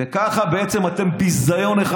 וככה בעצם אתם ביזיון אחד,